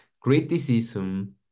Criticism